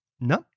no